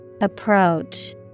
Approach